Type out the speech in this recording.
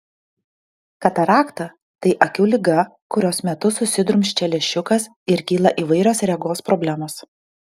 katarakta tai akių liga kurios metu susidrumsčia lęšiukas ir kyla įvairios regos problemos